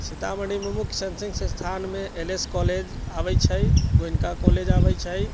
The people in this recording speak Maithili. सीतामढ़ीमे मुख्य शैक्षणिक संस्थानमे एल एस कॉलेज आबैत छै गोयनका कॉलेज आबैत छै